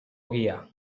ogia